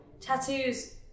tattoos